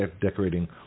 decorating